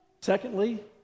secondly